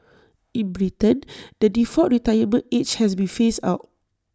in Britain the default retirement age has been phased out